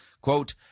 Quote